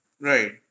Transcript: Right